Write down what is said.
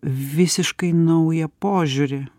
visiškai naują požiūrį